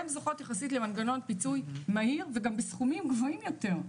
קבוצות אלו זוכות לפיצוי מהיר ובסכומים גבוהים יותר,